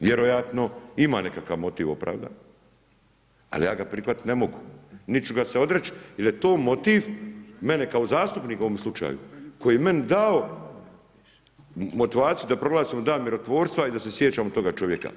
Vjerojatno ima nekakav motiv opravdan, ali ja ga prihvatit ne mogu, niti ću ga se odreć jer je to motiv mene kao zastupnika u ovome slučaju koji je meni dao motivaciju da proglasimo dan mirotvorstva i da se sjećamo toga čovjeka.